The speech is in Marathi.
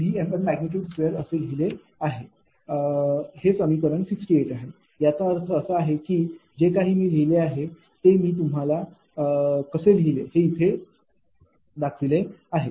5।V।2असे लिहित आहे हे समीकरण 68 आहे याचा अर्थ असा आहे की जे काही मी येथे लिहिले आहे ते मी तुम्हाला कसे लिहिले हे दर्शवले आहे